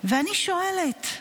ואני שואלת: